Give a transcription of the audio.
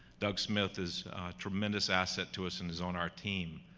doug smith is tremendous asset to us and is on our team.